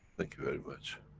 thank you very much.